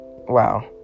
Wow